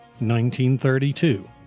1932